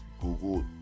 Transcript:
google